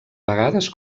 vegades